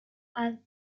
and